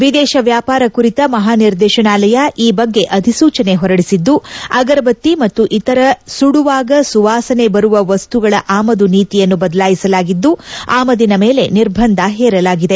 ವಿದೇಶ ವ್ಯಾಪಾರ ಕುರಿತ ಮಹಾ ನಿರ್ದೇಶನಾಲಯ ಈ ಬಗ್ಗೆ ಅಧಿಸೂಚನೆ ಹೊರಡಿಸಿದ್ದು ಅಗರಬತ್ತಿ ಮತ್ತು ಇತರ ಸುಡುವಾಗ ಸುವಾಸನೆ ಬರುವ ವಸ್ತುಗಳ ಆಮದು ನೀತಿಯನ್ನು ಬದಲಾಯಿಸಲಾಗಿದ್ದು ಆಮದಿನ ಮೇಲೆ ನಿರ್ಬಂದ ಹೇರಲಾಗಿದೆ